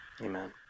amen